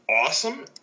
awesome